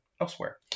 elsewhere